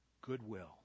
Goodwill